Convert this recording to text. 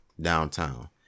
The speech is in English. downtown